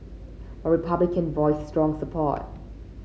but Republican voiced strong support